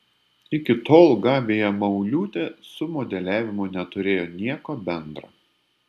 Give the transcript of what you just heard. iki tol gabija mauliūtė su modeliavimu neturėjo nieko bendra